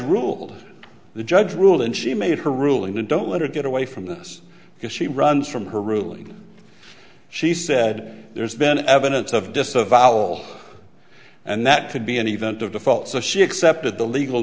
ruled the judge ruled and she made her ruling and don't let her get away from this because she runs from her ruling she said there's been evidence of disavowal and that could be an event of default so she accepted the legal